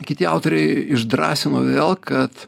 kiti autoriai išdrąsino vėl kad